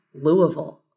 Louisville